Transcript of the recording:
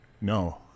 No